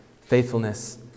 faithfulness